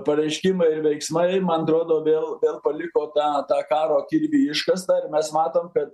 pareiškimai ir veiksmai man atrodo vėl vėl paliko tą tą karo kirvį iškastą ir mes matom kad